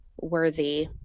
worthy